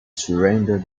surrender